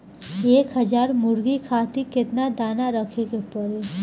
एक हज़ार मुर्गी खातिर केतना दाना रखे के पड़ी?